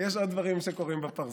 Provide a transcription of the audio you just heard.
יש עוד דברים שקורים בפרסה.